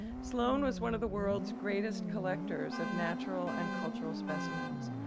sloane was one of the world's greatest collectors of natural and cultural specimens,